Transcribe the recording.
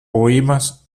poemas